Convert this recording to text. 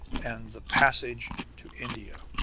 and the passage to india.